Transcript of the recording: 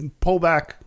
pullback